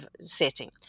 setting